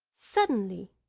suddenly,